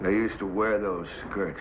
they used to wear those good